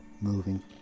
moving